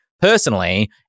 personally